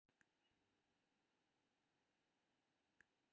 उद्योग क्षेत्रक लेल पटुआक उत्पादन कयल गेल